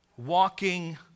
Walking